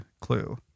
clue